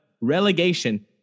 relegation